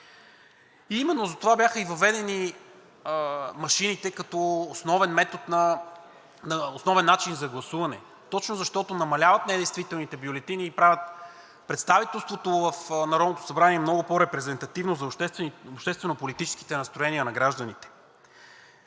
Именно затова бяха и въведени машините като основен начин за гласуване, точно защото намаляват недействителните бюлетини и правят представителството в Народното събрание много по-репрезентативно за обществено-политическите настроения на гражданите.